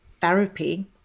therapy